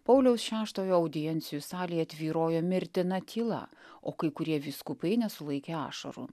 pauliaus šeštojo audiencijų salėje tvyrojo mirtina tyla o kai kurie vyskupai nesulaikė ašarų